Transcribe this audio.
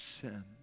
sin